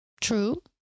true